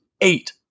Eight